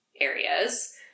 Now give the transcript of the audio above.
areas